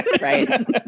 right